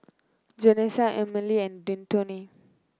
Janessa Emily and Detone